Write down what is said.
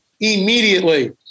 Immediately